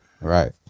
Right